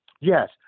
Yes